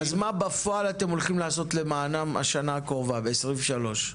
אז מה בפועל אתם הולכים לעשות למענם השנה הקרובה ב-2023?